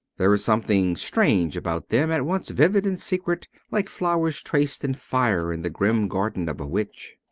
there is something strange about them at once vivid and secret, like flowers traced in fire in the grim garden of a witch.